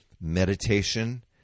meditation